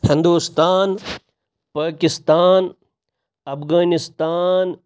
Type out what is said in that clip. Hindustan Pakistan Afghanistan